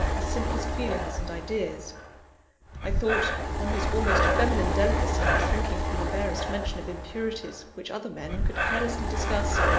his simplest feelings and ideas i thought on his almost feminine delicacy in shrinking from the barest mention of impurities which other men could carelessly discuss,